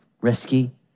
risky